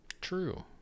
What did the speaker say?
True